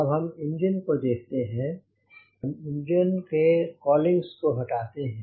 अब हम इंजन को देखते हैं हम इंजन के कोलिंग्स को हटाते हैं